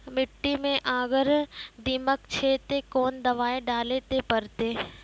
मिट्टी मे अगर दीमक छै ते कोंन दवाई डाले ले परतय?